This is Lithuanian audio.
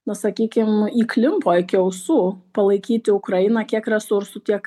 na sakykim įklimpo iki ausų palaikyti ukrainą kiek resursų tiek